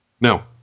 No